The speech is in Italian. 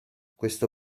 questo